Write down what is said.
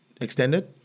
extended